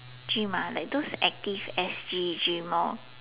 gym ah like those active S_G gym lor